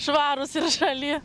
švarūs ir žali